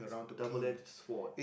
double edged sword